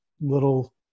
little